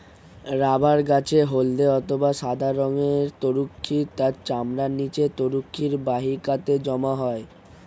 rubber গাছের হল্দে অথবা সাদা রঙের তরুক্ষীর তার চামড়ার নিচে তরুক্ষীর বাহিকাতে জমা হয়